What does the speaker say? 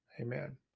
Amen